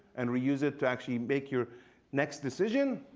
and reuse it to actually make your next decision.